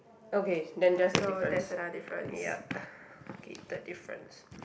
okay then that's a difference yup okay the difference